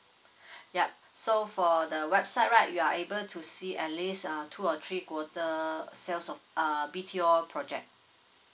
yeah so for the website right you are able to see at least uh two or three quarter sells of err B_T_O project